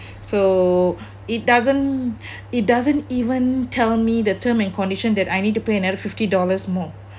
so it doesn't it doesn't even tell me the term and condition that I need to pay another fifty dollars more